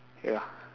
ya